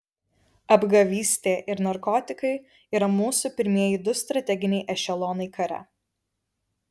apgavystė ir narkotikai yra mūsų pirmieji du strateginiai ešelonai kare